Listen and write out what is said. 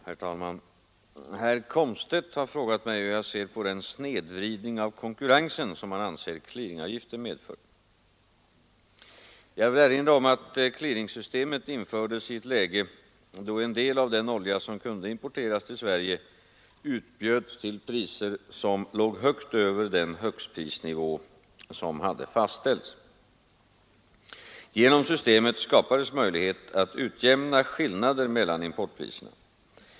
Herr talman! Herr Komstedt har frågat mig hur jag ser på den snedvridning av konkurrensen som han anser att clearingavgiften medför. Jag vill erinra om att clearingsystemet infördes i ett läge då en del av den olja som kunde importeras till Sverige utbjöds till priser som låg högt över den högstprisnivå som fastställts. Genom systemet skapades möjlighet att utjämna skillnader mellan importpriserna.